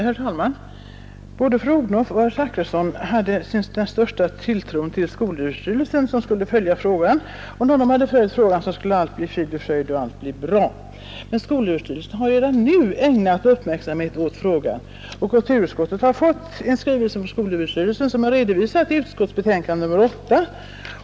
Herr talman! Både fru Odhnoff och herr Zachrisson hade den största tilltro till skolöverstyrelsen som skulle följa denna frågan med uppmärksamhet, och när skolöverstyrelsen hade följt frågan skulle allt bli frid och fröjd. Skolöverstyrelsen har redan nu ägnat uppmärksamhet åt frågan, och kulturutskottet har fått en skrivelse från skolöverstyrelsen som har Nr 56 redovisats i utskottets betänkande nr 8.